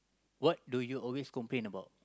what do you always complain about